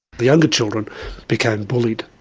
the younger children became bullied,